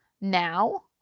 now